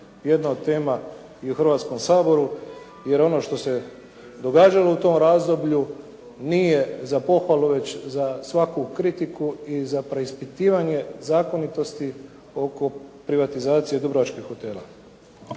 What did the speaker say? jedna od tema u Hrvatskom saboru jer ono što se događalo u tom razdoblju nije za pohvalu već za svaku kritiku i za preispitivanje zakonitosti oko privatizacije dubrovačkih hotela.